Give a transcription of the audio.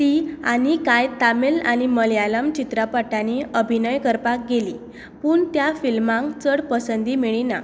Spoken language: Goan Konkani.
ती आनीक कांय तमिळ आनी मल्मयाल चित्रपटांनी अभिनय करपाक गेली पूण त्या फिल्मांक चड पसंदी मेळ्ळी ना